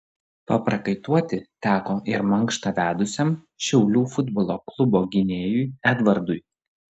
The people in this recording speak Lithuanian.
paprakaituoti teko ir mankštą vedusiam šiaulių futbolo klubo gynėjui edvardui